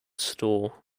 store